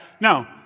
No